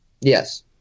Yes